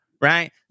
Right